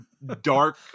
dark